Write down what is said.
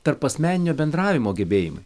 tarpasmeninio bendravimo gebėjimai